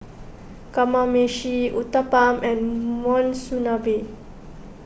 Kamameshi Uthapam and Monsunabe